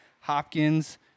Hopkins